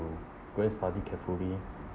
you go and study carefully